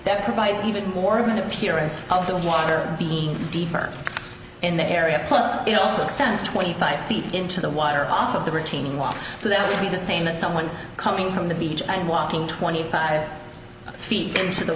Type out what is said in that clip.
that provides even more of an appearance of the water being deeper in the area plus it also extends twenty five feet into the water off of the retaining wall so that would be the same the someone coming from the beach and walking twenty five feet into the